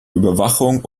überwachung